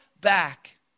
back